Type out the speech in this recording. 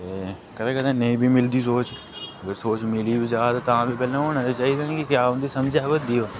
ते कदें कदें नेईं बी मिलदी सोच ते सोच मिली बी जा तां बी पैह्ला होना तां चाहिदा नि क्या उं'दी समझ आवै करदी ओह्